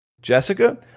Jessica